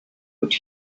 could